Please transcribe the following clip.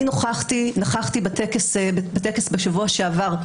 אני נכחתי בטקס בשבוע שעבר.